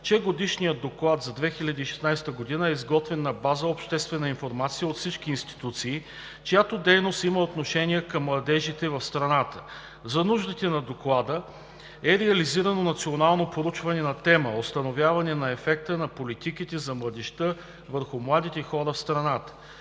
че Годишният доклад за 2016 г. е изготвен на база обобщена информация от всички институции, чиято дейност има отношение към младежите в страната. За нуждите на Доклада е реализирано национално проучване на тема „Установяване на ефекта на политиките за младежта върху младите хора в страната“.